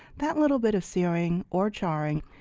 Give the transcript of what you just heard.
that little bit of searing or charring,